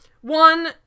One-